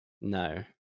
No